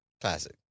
classic